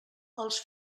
els